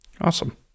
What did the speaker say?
Awesome